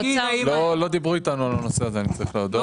לא דיברו איתנו על הנושא הזה, אני צריך להודות.